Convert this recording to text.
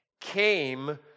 came